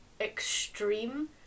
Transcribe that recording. extreme